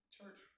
church